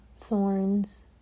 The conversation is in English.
thorns